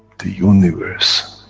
the universe